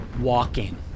walking